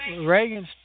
Reagan's